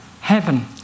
heaven